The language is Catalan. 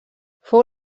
fou